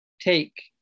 Take